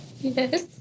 Yes